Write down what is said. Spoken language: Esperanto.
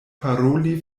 paroli